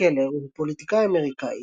קלר הוא פוליטיקאי אמריקאי,